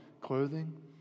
clothing